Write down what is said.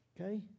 Okay